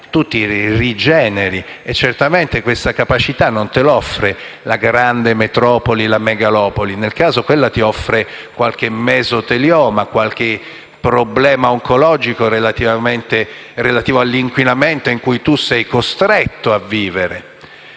ci si rigenera. E certamente questa capacità non la offre la grande metropoli o la megalopoli: nel caso, quella offre qualche mesotelioma, qualche problema oncologico relativo all'inquinamento in cui si è costretti a vivere.